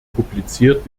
publiziert